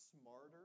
smarter